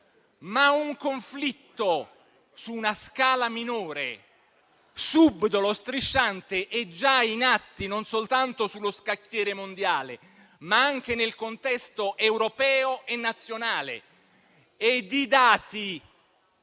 Ma un conflitto su una scala minore, subdolo e strisciante è già in atto non soltanto sullo scacchiere mondiale, ma anche nel contesto europeo e nazionale. I dati,